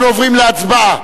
אנחנו עוברים להצבעה,